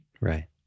Right